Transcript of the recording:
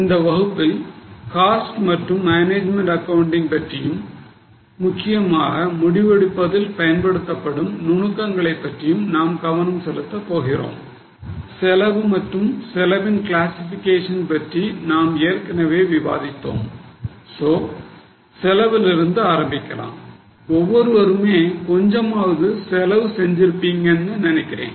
இந்த வகுப்பில் காஸ்ட் மற்றும் மேனேஜ்மென்ட் அக்கவுண்டிங் பற்றியும் முக்கியமாக முடிவெடுப்பதில் பயன்படுத்தப்படும் நுணுக்கங்களைப் பற்றியும் நாம் கவனம் செலுத்த போகிறோம் செலவு மற்றும் செலவின் கிளாசிஃபிகேஷன் பற்றி நாம் ஏற்கனவே விவாதித்தோம் சோ செலவிலிருந்து ஆரம்பிக்கலாம் ஒவ்வொருவருமே கொஞ்சமாவது செலவு செஞ்சு இருப்பீங்கன்னு நினைக்கிறேன்